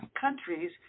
countries